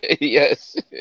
yes